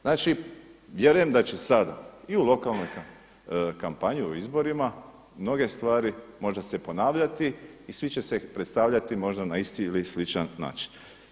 Znači, vjerujem da će sada i u lokalnoj kampanji, u izborima mnoge stvari možda se ponavljati i svi će se predstavljati možda na isti ili sličan način.